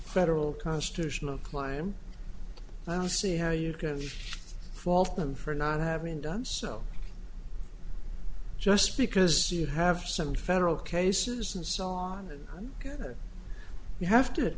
federal constitutional climb i don't see how you can fault them for not having done so just because you have some federal cases and saw that you have to